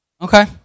okay